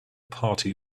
party